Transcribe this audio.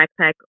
backpack